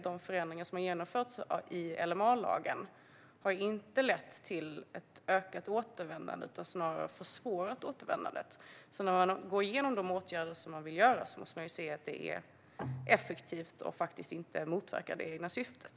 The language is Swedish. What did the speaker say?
De förändringar som har genomförts i LMA har inte lett till ett ökat återvändande utan snarare försvårat återvändandet. När man går igenom de åtgärder man vill vidta måste man se till att de är effektiva och faktiskt inte motverkar det egna syftet.